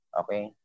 okay